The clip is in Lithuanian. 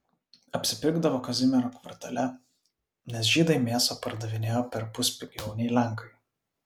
apsipirkdavo kazimiero kvartale nes žydai mėsą pardavinėjo perpus pigiau nei lenkai